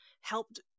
helped